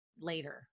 later